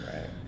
right